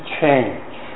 change